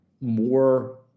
more